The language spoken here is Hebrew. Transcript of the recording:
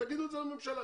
תגידו את זה לממשלה,